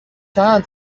چند